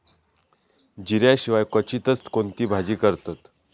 जिऱ्या शिवाय क्वचितच कोणती भाजी करतत